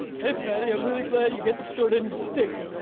hey patty, i'm really glad you get the short end of the stick.